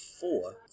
four